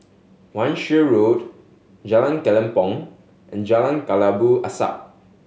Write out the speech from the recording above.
Wan Shih Road Jalan Kelempong and Jalan Kelabu Asap